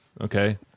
Okay